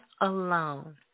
alone